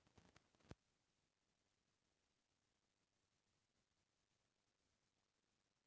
बुआई के समय का का बात के धियान ल रखे जाथे?